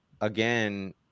again